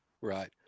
Right